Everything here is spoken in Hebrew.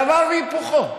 דבר והיפוכו.